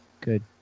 Good